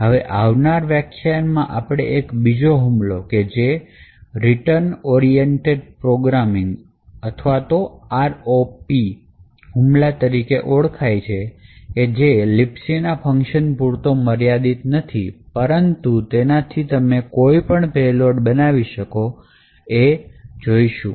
હવે આવનાર વ્યાખ્યાનમાં આપણે એક બીજો હુમલો કે જે Return Oriented Programming or RoP હૂમલા તરીકે ઓળખાય છે કે જે libc ના ફંકશન પૂરતા મર્યાદિત નથી પરંતુ તેનાથી તમે કોઈપણ payload બનાવી શકો તેવું છે તે જોઈશું